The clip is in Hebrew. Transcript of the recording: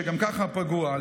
שגם ככה פגוע,